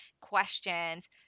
questions